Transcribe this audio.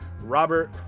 Robert